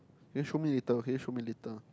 just show me later okay show me later